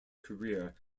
career